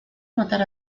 matar